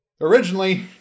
Originally